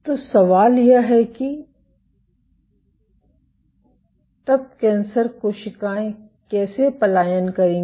तो सवाल यह है कि तब कैंसर कोशिकाएं कैसे पलायन करेंगी